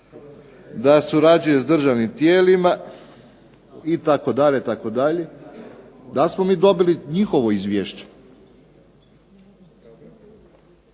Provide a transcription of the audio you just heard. da surađuje s državnim tijelima itd., itd. Da li smo mi dobili njihovo izvješće?